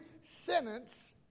sentence